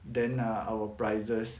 then err our prices